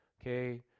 Okay